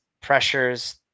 pressures